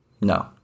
No